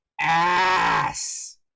ass